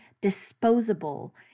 disposable